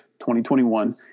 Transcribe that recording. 2021